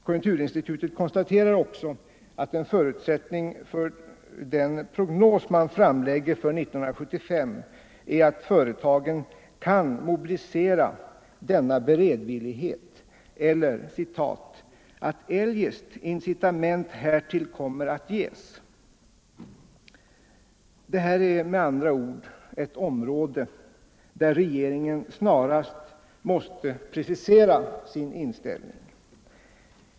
Konjunkturinstitutet konstaterar också att en förutsättning för den prognos man framlägger för 1975 är att företagen kan mobilisera denna beredvillighet eller ”att eljest incitament härtill kommer att ges”. Det här är med andra ord ett område där regeringen snarast måste precisera sin inställning.